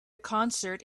concert